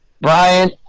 brian